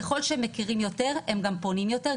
ככל שהם מכירים יותר, הם גם פונים יותר.